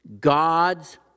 God's